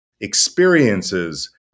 experiences